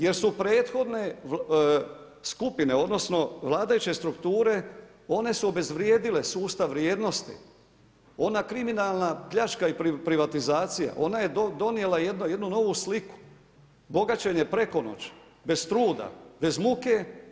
Jer su prethodne vladajuće strukture one su obezvrijedile sustav vrijednosti, ona kriminalna pljačka i privatizacija ona je donijela jednu novu sliku bogaćenje preko noći, bez truda, bez muke.